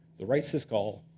the write syscall,